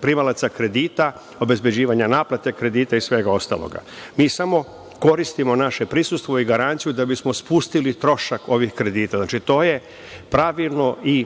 primalaca kredita, obezbeđivanja naplate kredita i svega ostalog. Mi samo koristimo naše prisustvo i garanciju, da bismo spustili trošak ovih kredita. Znači, to je pravilno i